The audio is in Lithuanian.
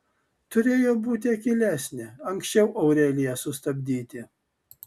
turėjo būti akylesnė anksčiau aureliją sustabdyti